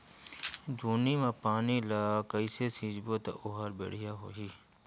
जोणी मा पानी ला कइसे सिंचबो ता ओहार बेडिया होही?